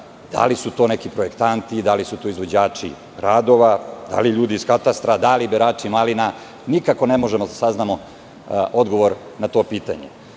da li su to neki projektanti, da li su to izvođači radova, da li ljudi iz katastra, da li berači malina? Nikako ne možemo da saznamo odgovor na to